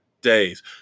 days